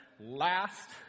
Last